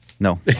No